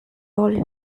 all